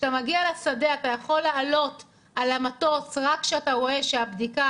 כשאתה מגיע לשדה אתה יכול לעלות למטוס רק כשאתה רואה שהבדיקה,